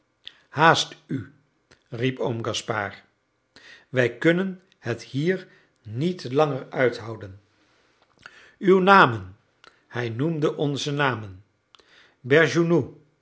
haast u riep oom gaspard wij kunnen het hier niet langer uithouden uw namen hij noemde onze namen